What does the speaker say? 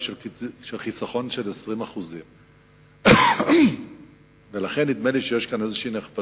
של חיסכון של 20%. לכן נדמה לי שיש כאן איזה נחפזות